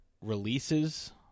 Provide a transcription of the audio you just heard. releases